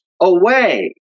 away